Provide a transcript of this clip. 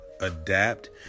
adapt